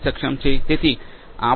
થી સક્ષમ છે